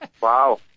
Wow